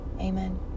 Amen